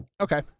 Okay